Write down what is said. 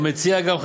הוא מציע גם,